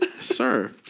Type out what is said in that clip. Sir